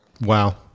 Wow